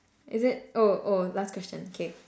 is it oh oh last question K